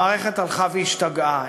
המערכת הלכה והשתגעה,